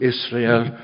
Israel